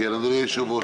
אדוני היושב-ראש,